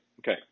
Okay